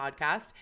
podcast